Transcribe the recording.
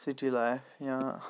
city life یا